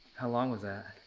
how long was that?